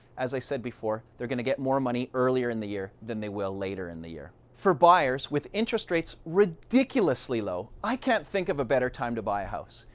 as i said before, they're going to get more and money earlier in the year than they will later in the year. for buyers, with interest rates ridiculously low, i can't think of a better time to buy a house.